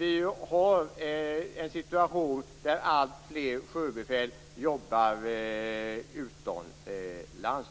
i den situationen där alltfler sjöbefäl jobbar utomlands.